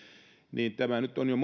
monta kertaa täällä jo